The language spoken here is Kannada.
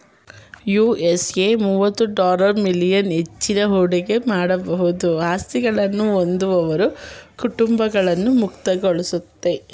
ಯು.ಎಸ್.ಎ ಮುವತ್ತು ಡಾಲರ್ ಮಿಲಿಯನ್ ಹೆಚ್ಚಿನ ಹೂಡಿಕೆ ಮಾಡಬಹುದಾದ ಆಸ್ತಿಗಳನ್ನ ಹೊಂದಿರುವ ಕುಟುಂಬಗಳ್ಗೆ ಮುಕ್ತವಾಗೈತೆ